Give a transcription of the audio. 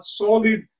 solid